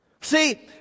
See